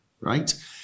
Right